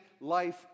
life